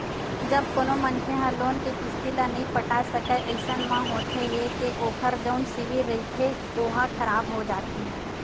जब कोनो मनखे ह लोन के किस्ती ल नइ पटा सकय अइसन म होथे ये के ओखर जउन सिविल रिहिथे ओहा खराब हो जाथे